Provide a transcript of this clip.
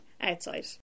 outside